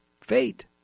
fate